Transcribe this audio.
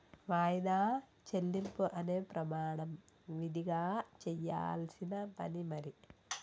వాయిదా చెల్లింపు అనే ప్రమాణం విదిగా చెయ్యాల్సిన పని మరి